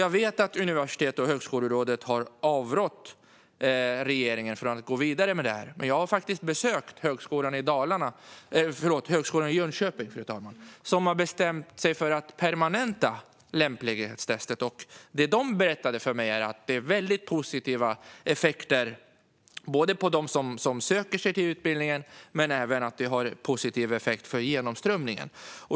Jag vet att Universitets och högskolerådet har avrått regeringen från att gå vidare med det här, men jag har faktiskt besökt Högskolan i Jönköping, fru talman, som har bestämt sig för att permanenta lämplighetstestet. Det de berättade för mig är att det har haft väldigt positiva effekter både på vilka som söker sig till utbildningen och på genomströmningen.